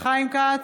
חיים כץ,